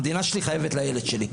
המדינה שלי חייבת לילד שלי.